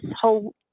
whole